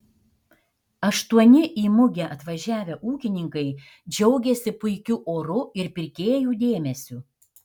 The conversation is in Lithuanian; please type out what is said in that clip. aštuoni į mugę atvažiavę ūkininkai džiaugėsi puikiu oru ir pirkėjų dėmesiu